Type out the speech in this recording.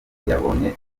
yabonye